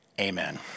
Amen